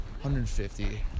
150